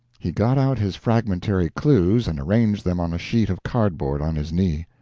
he got out his fragmentary clues and arranged them on a sheet of cardboard on his knee.